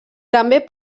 també